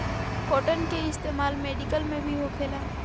cotton के इस्तेमाल medical में भी होखेला